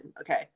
okay